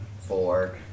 Four